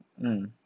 mm